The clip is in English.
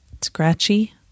scratchy